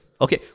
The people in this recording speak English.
Okay